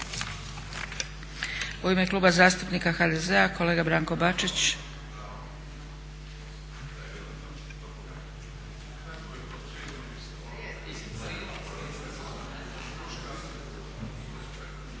U ime Kluba zastupnika HDZ-a kolega Branko Bačić.